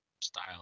style